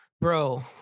bro